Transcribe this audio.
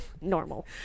normal